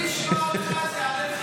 אני אשמע אותך, זה יעלה לך